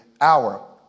hour